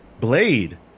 Blade